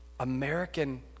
American